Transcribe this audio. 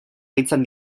deitzen